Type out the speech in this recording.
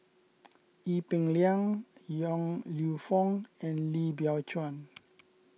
Ee Peng Liang Yong Lew Foong and Lim Biow Chuan